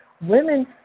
Women